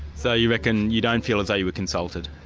so you reckon you don't feel as though you were consulted?